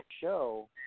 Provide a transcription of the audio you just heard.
show